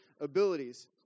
abilities